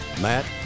Matt